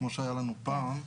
כמו שהיה לנו פעם.